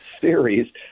series